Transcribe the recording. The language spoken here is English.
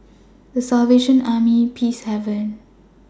The Salvation Army Peacehaven